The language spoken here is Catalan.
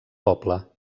poble